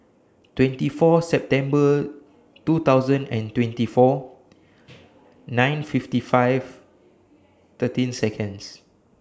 twenty four September two thousand and twenty four nine fifty five thirteen Seconds